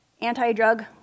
anti-drug